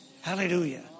hallelujah